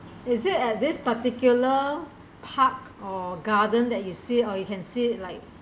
is it at this particular park or garden that you see or you can see like